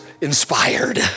inspired